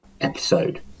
episode